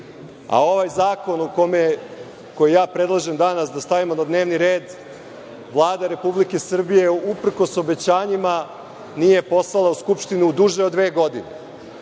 zakon koji ja predlažem danas da stavimo na dnevni red, Vlada Republike Srbije, uprkos obećanjima, nije poslala u Skupštinu duže od dve godine,